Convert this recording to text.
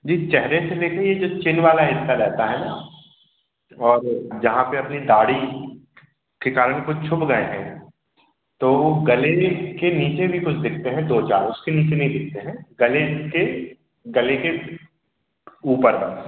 जी चेहरे से लेकर यह जो चिन वाला हिस्सा रहता है ना और जहाँ पर अपनी दाढ़ी के कारण कुछ छुप गए है तो गले के नीचे भी कुछ दिखते हैं दो चार उसके नीचे नहीं दिखते हैं गले के गले के ऊपर बस